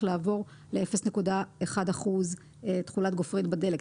צריך לעבור ל-0.1% תחולת גופרית בדלק.